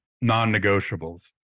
non-negotiables